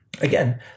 again